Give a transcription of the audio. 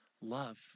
love